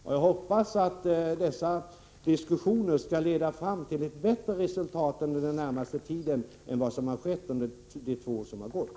Herr talman! Jag tar statsrådet Sigurdsen på orden och hoppas att dessa diskussioner skall leda fram till bättre resultat under den närmaste tiden än under de två år som har gått.